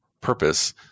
purpose